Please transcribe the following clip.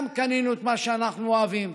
גם קנינו את מה שאנחנו אוהבים,